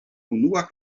unua